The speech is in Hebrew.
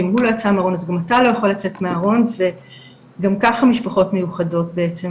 ואם הוא לא יצא מהארון וגם ככה משפחות מיוחדות בעצם